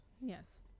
Yes